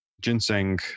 ginseng